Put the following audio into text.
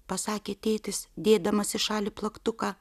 pasakė tėtis dėdamas į šalį plaktuką